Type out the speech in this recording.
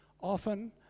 often